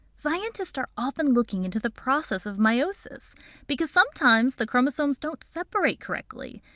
scientists are often looking into the process of meiosis because sometimes the chromosomes don't separate correctly.